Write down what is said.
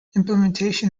implementation